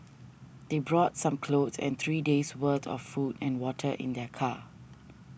they brought some clothes and three days' worth of food and water in their car